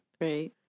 Right